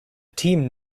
team